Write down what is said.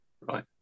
Right